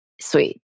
sweet